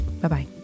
Bye-bye